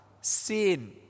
sin